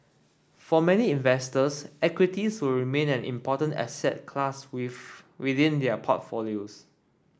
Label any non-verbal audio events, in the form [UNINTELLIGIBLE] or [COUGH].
for many investors equities will remain an important asset class [UNINTELLIGIBLE] within their portfolios